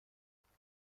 سراسر